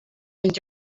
and